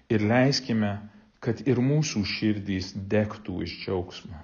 ir leiskime kad ir mūsų širdys degtų iš džiaugsmo